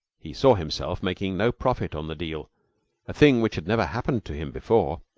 he saw himself making no profit on the deal a thing which had never happened to him before.